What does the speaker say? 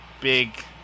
big